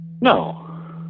No